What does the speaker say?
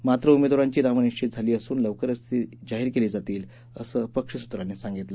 मात्र उमेदवारांची नावं निश्वित झाली असून लवकरच ती जाहीर केली जातील असं पक्षसूत्रांनी सांगितलं